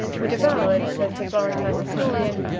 were devoured, says the florentine historian,